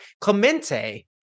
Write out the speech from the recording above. Clemente